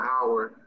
Howard